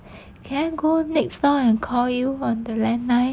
can I go next door and call you on the land line